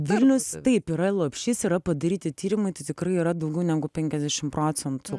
vilnius taip yra lopšys yra padaryti tyrimai tai tikrai yra daugiau negu penkiasdešim procentų